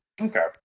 Okay